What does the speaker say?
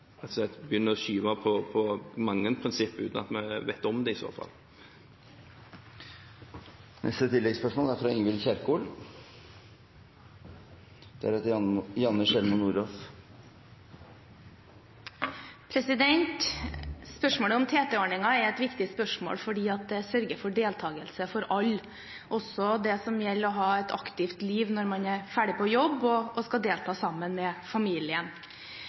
begynner å skyve på mange prinsipper, uten at vi i så fall vet om det. Ingvild Kjerkol – til oppfølgingsspørsmål. Spørsmålet om TT-ordningen er et viktig spørsmål, fordi den sørger for deltagelse for alle, også når det gjelder å ha et aktivt liv når man er ferdig på jobb og skal delta sammen med familien.